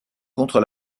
contre